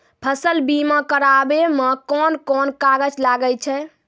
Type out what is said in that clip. फसल बीमा कराबै मे कौन कोन कागज लागै छै?